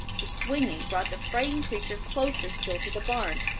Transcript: the swinging brought the frightened creature closer still to the barn,